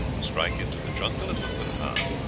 strike into the jungle, and look for the path.